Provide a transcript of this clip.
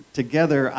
together